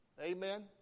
Amen